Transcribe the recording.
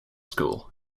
school